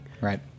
Right